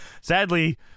Sadly